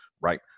right